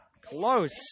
close